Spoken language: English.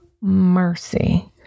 mercy